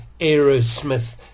Aerosmith